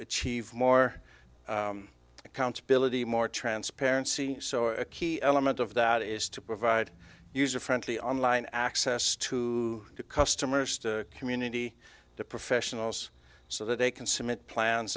achieve more accountability more transparency so a key element of that is to provide user friendly online access to customers to community to professionals so that they can submit plans